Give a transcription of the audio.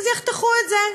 יחתכו את זה,